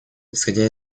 исходя